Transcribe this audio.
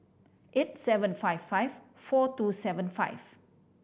eight seven five five four two seven five